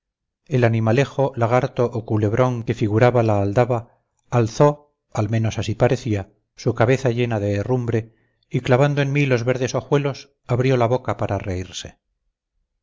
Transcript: el animalejo lagarto o culebrón que figuraba la aldaba alzó al menos así parecía su cabeza llena de herrumbre y clavando en mí los verdes ojuelos abrió la horrible boca para reírse